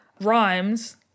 rhymes